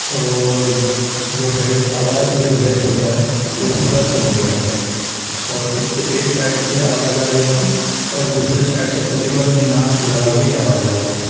اور جو ہیڈ آواز میں جو بیس ہوتا ہے وہ بھی تھوڑا کم ہو گیا تھا اور اس کے ایک سائڈ سے آواز آ رہی تھی اور دوسرے سائڈ سے تقریباً نہ کے برابر ہی آواز آ رہی تھی